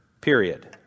period